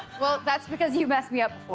well, that's because you messed me up.